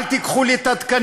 אל תיקחו לי את התקנים,